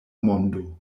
mondo